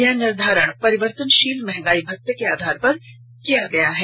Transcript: यह निर्धारण परिवर्तनशील महंगाई भत्ता के आधार पर किया गया है